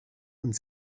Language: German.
und